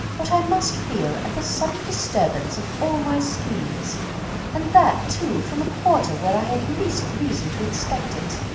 what i must feel at the sudden disturbance of all my schemes and that, too, from a quarter where i had least reason to expect it.